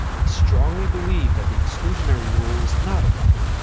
he strongly believed that the exclusionary rule was not a right,